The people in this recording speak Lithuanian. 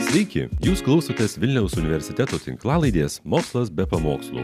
sykį jūs klausotės vilniaus universiteto tinklalaidės mokslas be pamokslų